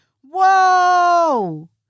Whoa